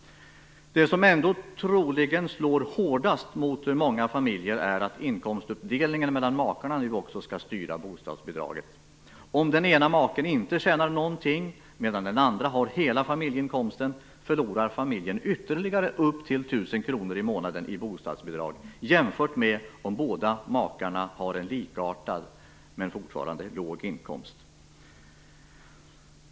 Det som troligen slår hårdast mot många familjer är att inkomstuppdelningen mellan makarna nu också skall styra bostadsbidraget. Om den ena maken inte tjänar någonting medan den andra står för hela familjeinkomsten, förlorar familjen ytterligare upp till 1 000 kr i månaden i bostadsbidrag jämfört med om båda makarna har en likartad men fortfarande låg inkomst.